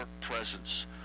presence